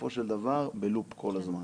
בסופו של דבר אנחנו בלופ כל הזמן.